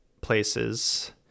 places